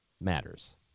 matters